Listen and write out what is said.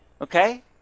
Okay